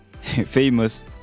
famous